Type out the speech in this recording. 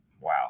Wow